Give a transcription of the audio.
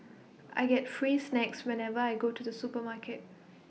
I get free snacks whenever I go to the supermarket